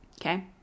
Okay